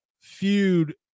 feud